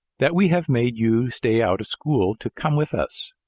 that we have made you stay out of school to come with us.